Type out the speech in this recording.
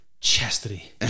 Chastity